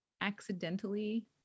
accidentally